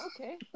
Okay